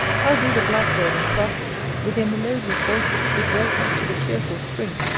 how do the blackbird and thrassel with their melodious voices bid welcome to the cheerful spring,